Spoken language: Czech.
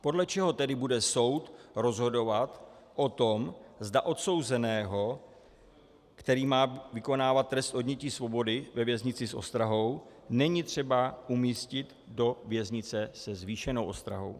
Podle čeho tedy bude soud rozhodovat o tom, zda odsouzeného, který má vykonávat trest odnětí svobody ve věznici s ostrahou, není třeba umístit do věznice se zvýšenou ostrahou?